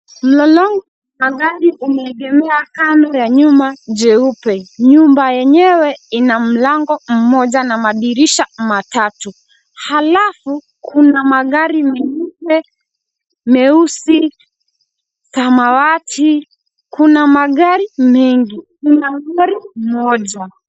Mlolongo wa magari umeegemea kando ya nyumba nyeupe. Nyumba yenywe ina mlango mmoja na madirisha matatu, halafu kuna magari meupe, meusi , samawati. Kuna magari mengi, kuna lori moja.